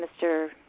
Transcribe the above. Mr